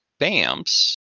BAMPS